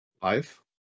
five